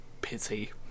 pity